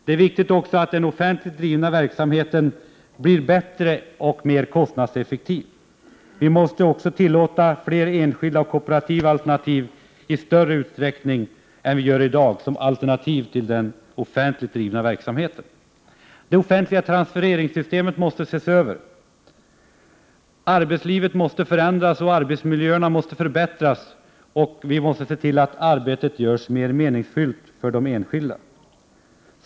Det är också viktigt att den offentligt drivna verksamheten blir bättre och mer kostnadseffektiv. Vi måste också i större utsträckning än vi gör i dag tillåta fler enskilda och kooperativa alternativ till den offentligt drivna verksamheten. De offentliga transfereringssystemen måste ses över. Arbetslivet måste förändras. Arbetsmiljöerna måste förbättras, och vi måste se till att arbetet görs mer meningsfyllt för de enskilda.